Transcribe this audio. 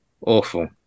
Awful